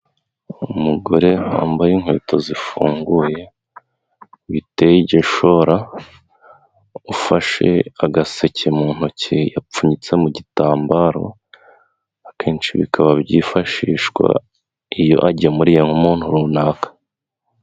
Umugore wambaye inkweto zifunguye, witeye igishora, ufashe agaseke mu ntoki yapfunyitse mu gitambaro, akenshi bikaba byifashishwa iyo agemuriye nk'umuntu runaka.